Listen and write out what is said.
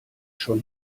schon